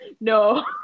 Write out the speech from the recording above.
No